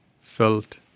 felt